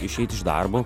išeit iš darbo